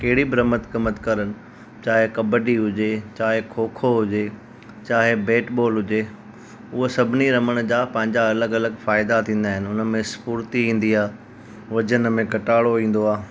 कहिड़ी बि रमत गमत कनि चाहे कबडी हुजे चाहे खो खो हुजे चाहे बैटबॉल हुजे हूअ सभिनी रमण जा पंहिंजा अलॻि अलॻि फ़ाइदा थींदा आहिनि उन में स्पुर्ती ईंदी आहे वजन में कटाणो ईंदो आहे